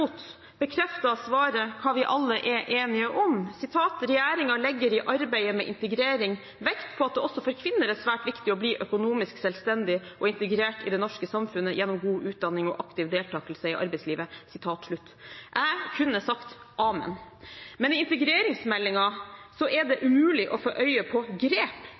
tvert imot bekrefter svaret det vi alle er enige om: «Regjeringen legger i arbeidet med integrering vekt på at det også for kvinner er svært viktig å bli økonomisk selvstendig og integrert i det norske samfunnet gjennom god utdanning og aktiv deltakelse i arbeidslivet.» Jeg kunne sagt: Amen! Men i integreringsmeldingen er det umulig å få øye på grep